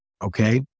Okay